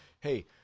hey